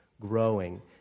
growing